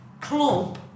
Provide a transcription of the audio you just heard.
club